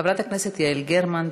חברת הכנסת יעל גרמן,